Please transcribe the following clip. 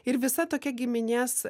ir visa tokia giminės